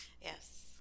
Yes